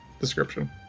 description